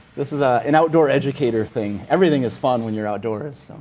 this is ah an outdoor educator thing. everything is fun when you're outdoors.